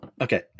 Okay